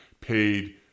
paid